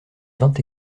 vingt